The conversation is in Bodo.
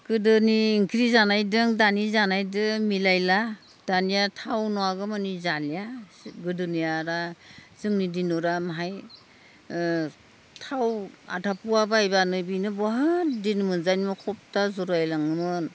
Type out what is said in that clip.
गोदोनि ओंख्रि जानायदों दानि जानायदो मिलायला दानिया थाव नङागौमानि जालिया गोदोनिया दा जोंनि दिनावरा माहाय थाव आधा पुवा बायबानो बिनो बहत दिन मोनजानानै खप्ता घुरायलाङोमोन